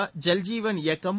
ஜல்ஜீவன் இயக்கம்